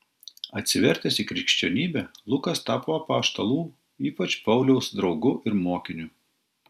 atsivertęs į krikščionybę lukas tapo apaštalų ypač pauliaus draugu ir mokiniu